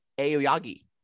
Aoyagi